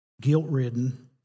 guilt-ridden